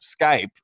Skype